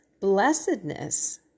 blessedness